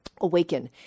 awaken